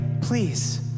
please